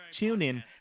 TuneIn